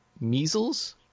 measles